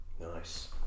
nice